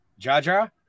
Jaja